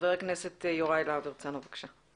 חבר הכנסת יוראי להב הרצנו, בבקשה.